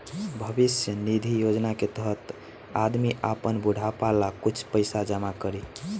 भविष्य निधि योजना के तहत आदमी आपन बुढ़ापा ला कुछ पइसा जमा करी